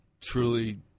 truly